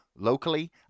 locally